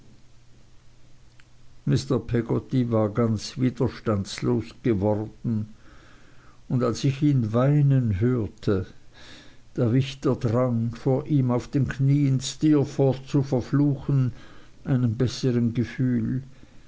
mr peggotty war ganz widerstandslos geworden und als ich ihn weinen hörte da wich der drang vor ihm auf den knieen steerforth zu verfluchen einem bessern gefühl